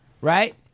right